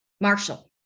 Marshall